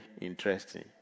interesting